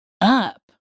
up